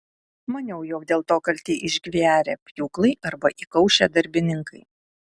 maniau jog dėl to kalti išgverę pjūklai arba įkaušę darbininkai